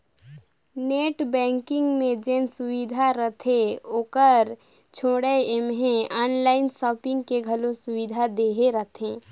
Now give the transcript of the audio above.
net banking मे जेन सुबिधा रहथे ओकर छोयड़ ऐम्हें आनलाइन सापिंग के घलो सुविधा देहे रहथें